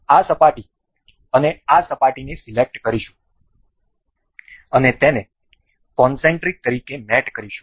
આપણે આ સપાટી અને આ સપાટીને સિલેક્ટ કરીશું અને તેને કોનસેન્ટ્રિક તરીકે મેટ કરીશું